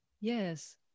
yes